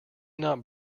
not